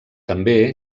també